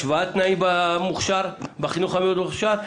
השוואת תנאים בחינוך המוכש"ר,